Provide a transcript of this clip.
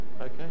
Okay